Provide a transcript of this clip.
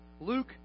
Luke